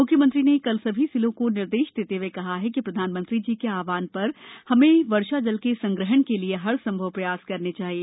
मुख्यमंत्री ने कल सभी जिलों को निर्देश देते हए कहा है कि प्रधानमंत्री जी के आव्हान प्रर हमें वर्षा जल के संग्रहण के लिए हरसंभव प्रयास करना चाहिए